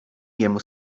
niemu